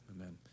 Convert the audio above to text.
Amen